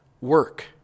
Work